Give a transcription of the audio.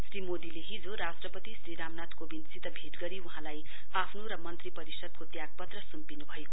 श्री मोदीले हिजो राष्ट्रपति श्री रामनाथ कोबन्दसित भेट गरी वहाँली आफ्नो र मन्त्रीपरिषदको त्यागपत्र सुम्पिनुभयो